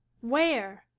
where,